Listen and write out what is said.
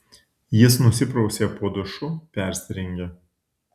jis nusiprausė po dušu persirengė